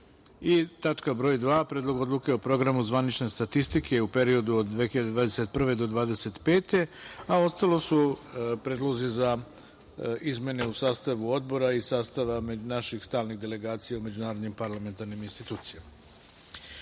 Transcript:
i tačka broj 2. Predlog odluke o programu zvanične statistike u periodu od 2021. do 2025. godine, a ostalo su predlozi za izmene u sastavu Odbora i sastava naših stalnih delegacija u međunarodnim parlamentarnim institucijama. Dame